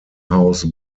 house